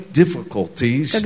difficulties